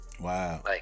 Wow